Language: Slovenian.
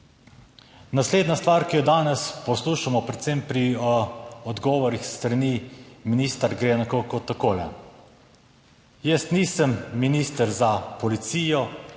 Naslednja stvar, ki jo danes poslušamo predvsem pri odgovorih s strani ministra gre nekako takole. Jaz nisem minister za policijo,